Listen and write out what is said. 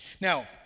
Now